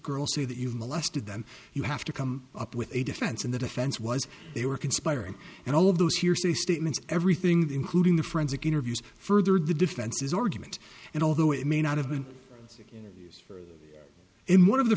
say that you've molested them you have to come up with a defense and the defense was they were conspiring and all of those hearsay statements everything including the forensic interviews furthered the defense's argument and although it may not have been in one of the